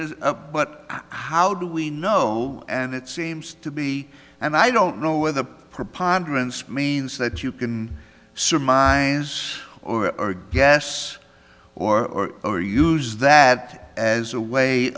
is up but how do we know and it seems to be and i don't know where the preponderance means that you can surmise or or guess or or use that as a way